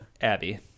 Abby